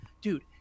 Dude